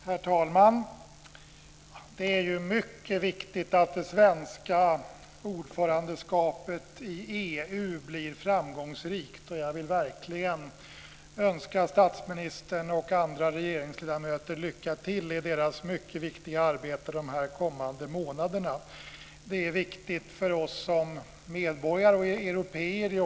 Herr talman! Det är mycket viktigt att den svenska ordförandeperioden i EU blir framgångsrik. Jag vill verkligen önska statsministern och andra regeringsledamöter lycka till i deras mycket viktiga arbete under de kommande månaderna. Det är viktigt för oss som medborgare och européer.